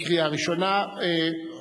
לקריאה ראשונה.